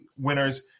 winners